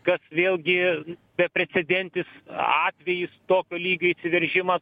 kas vėlgi beprecedentis atvejis tokio lygio įsiveržimas